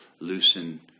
loosen